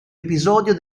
episodio